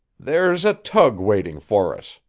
there's a tug waiting for us,